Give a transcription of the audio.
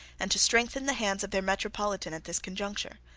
and to strengthen the hands of their metropolitan at this conjuncture.